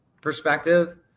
perspective